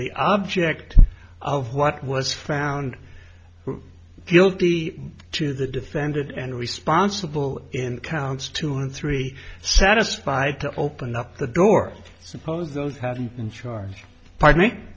the object of what was found guilty to the defendant and responsible in counts two and three satisfied to open up the door suppose those have been in charge pardon me